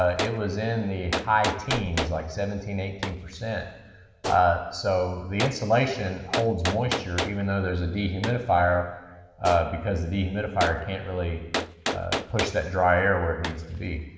ah it was in the high teens, like seventeen, eighteen. ah so the insulation holds moisture even though there's a dehumidifier because the dehumidifier can't really push that dry air where it needs to be.